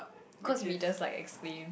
cause we just like explain